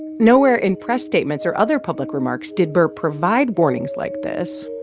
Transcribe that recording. nowhere in press statements or other public remarks did burr provide warnings like this,